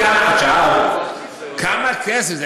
את שאלת כמה כסף זה,